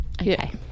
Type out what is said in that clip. Okay